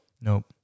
Nope